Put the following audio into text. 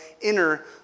inner